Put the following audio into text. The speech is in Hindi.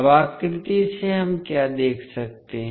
अब आकृति से हम क्या देख सकते हैं